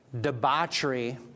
debauchery